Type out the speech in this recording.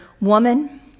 woman